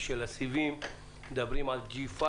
של הסיבים, מדברים על G5,